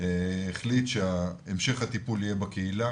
החליט שהמשך הטיפול יהיה בקהילה.